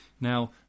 Now